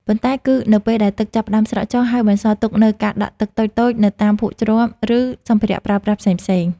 ប៉ុន្តែគឺនៅពេលដែលទឹកចាប់ផ្តើមស្រកចុះ ហើយបន្សល់ទុកនូវការដក់ទឹកតូចៗនៅតាមភក់ជ្រាំ ឬសម្ភារៈប្រើប្រាស់ផ្សេងៗ។